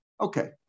Okay